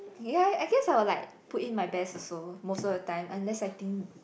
ya I guess I would like put in my best also most of the time unless I think